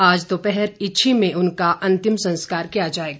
आज दोपहर इच्छी में उनका अंतिम संस्कार किया जाएगा